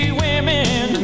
women